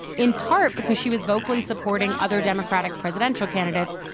in part, because she was vocally supporting other democratic president so candidates,